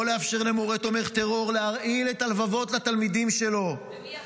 לא לאפשר למורה תומך טרור להרעיל את הלבבות לתלמידים שלו -- מי יחליט?